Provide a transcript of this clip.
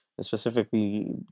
specifically